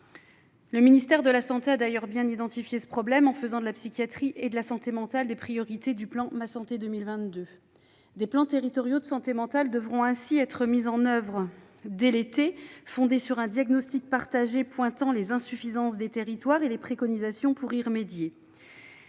Le ministère de la santé a d'ailleurs bien identifié ce problème, en faisant de la psychiatrie et de la santé mentale des priorités du plan Ma santé 2022. Des plans territoriaux de santé mentale devront ainsi être mis en oeuvre d'ici à l'été, fondés sur un diagnostic partagé pointant les insuffisances du territoire et les préconisations pour y remédier.